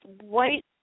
white